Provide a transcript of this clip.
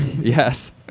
Yes